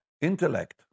intellect